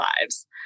lives